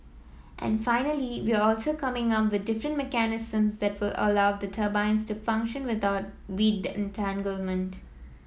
and finally we're also coming up with different mechanisms that allow the turbines to function without weed entanglement